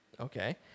Okay